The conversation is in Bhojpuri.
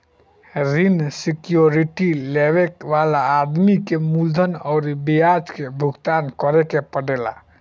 ऋण सिक्योरिटी लेबे वाला आदमी के मूलधन अउरी ब्याज के भुगतान करे के पड़ेला